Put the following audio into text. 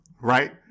Right